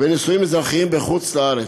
ונישואים אזרחיים בחוץ-לארץ,